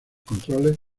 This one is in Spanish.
controles